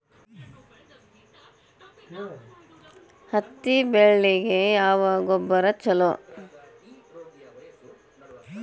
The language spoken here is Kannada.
ಹತ್ತಿ ಬೆಳಿಗ ಯಾವ ಗೊಬ್ಬರ ಛಲೋ?